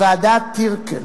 לוועדת-טירקל